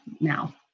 now